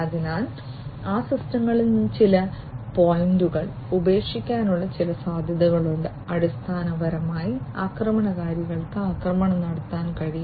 അതിനാൽ ആ സിസ്റ്റങ്ങളിൽ ചില പോയിന്റുകൾ ഉപേക്ഷിക്കാനുള്ള ചില സാധ്യതകളുണ്ട് അടിസ്ഥാനപരമായി ആക്രമണകാരികൾക്ക് ആക്രമണം നടത്താൻ കഴിയും